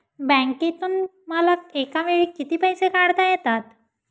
बँकेतून मला एकावेळी किती पैसे काढता येतात?